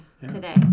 today